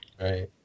Right